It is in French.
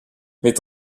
met